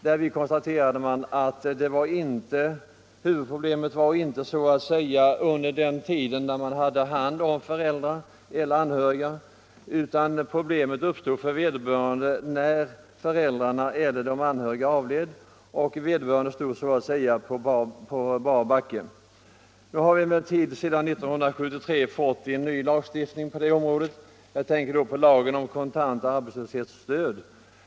Den konstaterade att huvudproblemet inte förelåg under den tid då hemmadöttrarna hade vårdnaden om föräldrar eller anhöriga utan när föräldrarna eller resp. anhörig avled och de ställdes på bar backe. En ny lagstiftning som berör dessa kategorier har emellertid trätt i kraft sedan 1973. Jag tänker på lagen om kontant arbetslöshetsstöd.